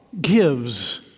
gives